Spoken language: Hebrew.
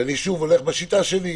אני שוב הולך בשיטה שלי.